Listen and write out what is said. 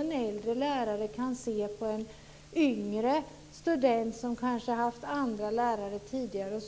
En äldre lärare kan se annorlunda på en yngre student som kanske haft andra lärare tidigare.